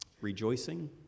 rejoicing